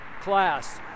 class